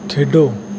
ਖੇਡੋ